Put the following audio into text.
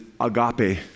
agape